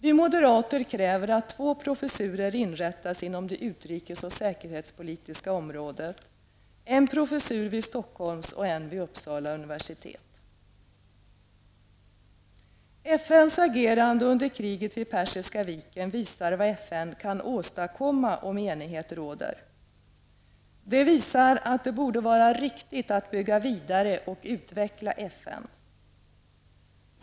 Vi moderater kräver att två professurer inrättas inom det utrikes och säkerhetspolitiska området, en vid Stockholms och en vid Uppsala universitet. FNs agerande under kriget vid Persiska viken visar vad FN kan åstadkomma, om enighet råder. Det visar att det borde vara riktigt att bygga vidare och utveckla FN.